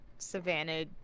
Savannah